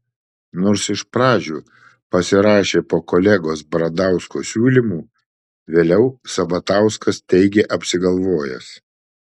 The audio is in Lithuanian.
nors iš pradžių pasirašė po kolegos bradausko siūlymu vėliau sabatauskas teigė apsigalvojęs